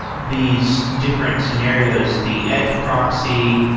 these different scenarios, the edge proxy,